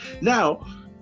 Now